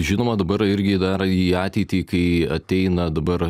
žinoma dabar irgi dar į ateitį kai ateina dabar